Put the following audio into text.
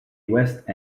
west